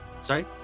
Sorry